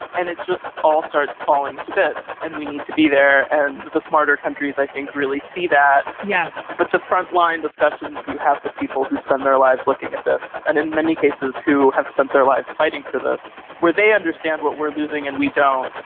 and it just all starts falling to bits and we need to be there. and the smarter countries, i think, really see that yeah, but the frontline discussions you have with people who spend their lives looking at this and in many cases who have spent their lives fighting for this, where they understand what we're losing and we don't,